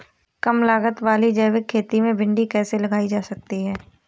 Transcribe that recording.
कम लागत वाली जैविक खेती में भिंडी कैसे लगाई जा सकती है?